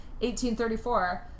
1834